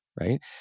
right